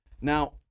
Now